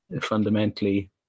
Fundamentally